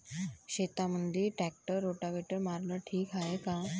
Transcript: शेतामंदी tractor rotavator मारनं ठीक हाये का?